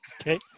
Okay